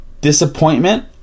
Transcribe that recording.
Disappointment